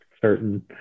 certain